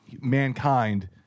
mankind